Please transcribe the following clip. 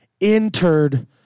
entered